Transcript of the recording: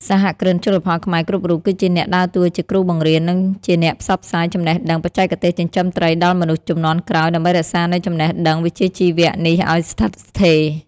សហគ្រិនជលផលខ្មែរគ្រប់រូបគឺជាអ្នកដើរតួជាគ្រូបង្រៀន និងជាអ្នកផ្សព្វផ្សាយចំណេះដឹងបច្ចេកទេសចិញ្ចឹមត្រីដល់មនុស្សជំនាន់ក្រោយ ដើម្បីរក្សានូវចំណេះដឹងវិជ្ជាជីវៈនេះឱ្យស្ថិតស្ថេរ។